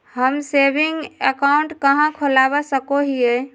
हम saving account कहाँ खोलवा सको हियै?